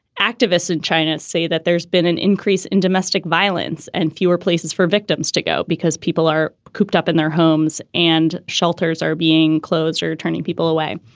activists in china say that there's been an increase in domestic violence and fewer places for victims to go because people are cooped up in their homes and shelters are being closed or turning people away.